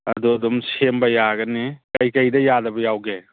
ꯑꯗꯨ ꯑꯗꯨꯝ ꯁꯦꯝꯕ ꯌꯥꯒꯅꯤ ꯀꯩꯀꯩꯗ ꯌꯥꯗꯕ ꯌꯥꯎꯒꯦ